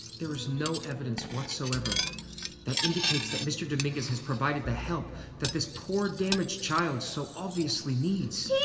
there is no evidence whatsoever that indicates that mr. dominguez has provided the help that this poor, damaged child so obviously needs. yeah